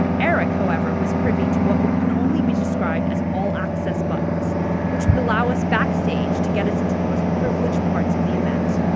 eric, however, was privy to what would, could only be described as all access buttons which would allow us backstage to get us into the most privileged parts of the event.